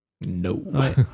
No